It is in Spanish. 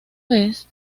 vez